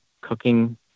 cooking